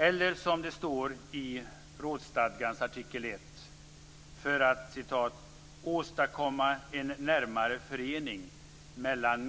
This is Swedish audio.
Eller som det står i rådsstadgans artikel 1, för att "- åstadkomma en närmare förening mellan